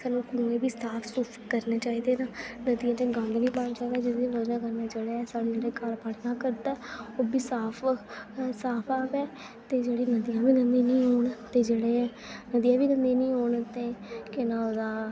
सानूं कुएं बी साफ सूफ करने चाहिदे न नदियें च गंद निं पाना चाहिदा जेह्दी वजह् कन्नै सानूं साढ़े घर ओह् बी साफ साफ र'वै ते जेह्ड़ी नदियां नदियां बी गंदियां निं होन केह् नांऽ ओह्दा